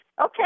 okay